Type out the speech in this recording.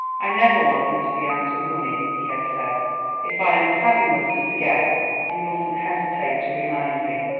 i never want you to be out of money, he had said if i am cad enough to forget you mustn't hesitate to remind me.